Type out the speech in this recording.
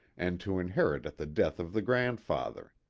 and to inherit at the death of the grandfather,